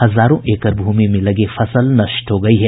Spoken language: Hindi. हजारों एकड़ भूमि में लगी फसल नष्ट हो गयी है